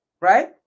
right